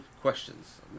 questions